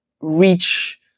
reach